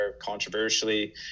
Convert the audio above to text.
controversially